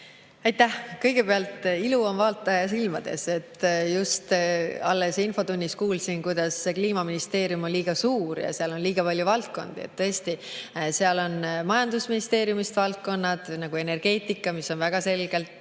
Aitäh! Kõigepealt, ilu on vaataja silmades. Just alles infotunnis kuulsin, kuidas see kliimaministeerium on liiga suur ja seal on liiga palju valdkondi. Tõesti, seal on majandusministeeriumist valdkondi, nagu energeetika, mis on väga selgelt